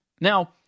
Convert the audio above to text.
Now